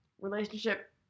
relationship